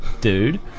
dude